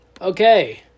Okay